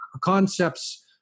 concepts